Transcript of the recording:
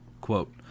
quote